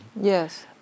Yes